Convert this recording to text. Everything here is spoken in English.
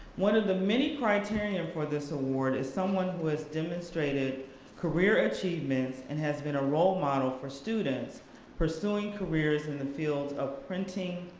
one of the many criterion for this award is someone who has demonstrated career achievements and has been a role model for students pursuing careers in the fields of printing,